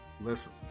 Listen